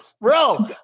Bro